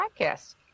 podcast